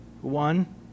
one